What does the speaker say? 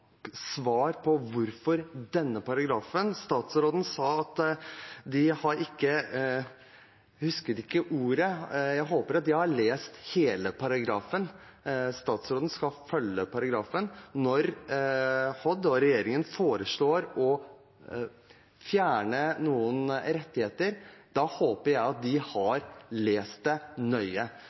svar på spørsmålet om denne paragrafen. Jeg husker ikke riktig ordet statsråden brukte, men jeg håper de har lest hele paragrafen. Statsråden skal følge paragrafen. Når Helse- og omsorgsdepartementet og regjeringen foreslår å fjerne noen rettigheter, håper jeg at de har lest den nøye.